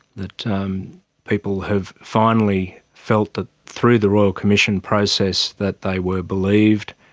that people have finally felt that through the royal commission process that they were believed,